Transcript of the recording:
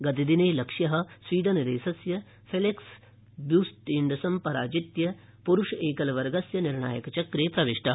गतदिने लक्ष्यः स्वीडनदेशस्य फेलिक्स ब्यूस्टेड्स पराजित्य पुरुष एकल वर्गस्य निर्णायक चक्रे प्रविष्टः